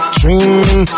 dreaming